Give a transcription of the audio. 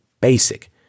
basic